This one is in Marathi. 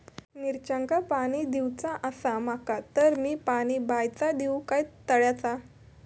मिरचांका पाणी दिवचा आसा माका तर मी पाणी बायचा दिव काय तळ्याचा?